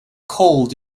cold